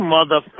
Mother